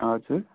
हजुर